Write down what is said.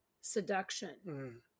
seduction